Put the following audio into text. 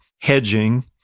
hedging